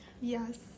Yes